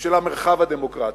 של המרחב הדמוקרטי.